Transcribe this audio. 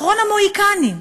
אחרון המוהיקנים.